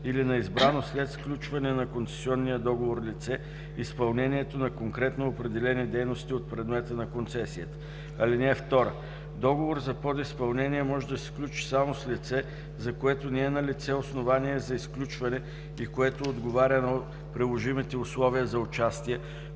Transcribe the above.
или на избрано след сключване на концесионния договор лице изпълнението на конкретно определени дейности от предмета на концесията. (2) Договор за подизпълнение може да се сключи само с лице, за което не е налице основание за изключване и което отговаря на приложимите условия за участие,